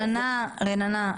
רננה,